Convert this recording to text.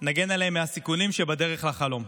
נגן עליהם מהסיכונים שבדרך לחלום.